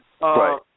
Right